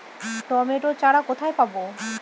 Tomato চারা কোথায় পাবো?